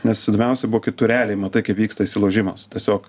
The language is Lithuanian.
nes įdomiausia buvo kai tu realiai matai kaip vyksta įsilaužimas tiesiog